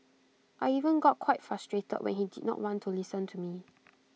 I even got quite frustrated when he did not want to listen to me